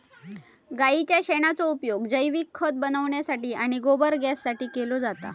गाईच्या शेणाचो उपयोग जैविक खत बनवण्यासाठी आणि गोबर गॅससाठी केलो जाता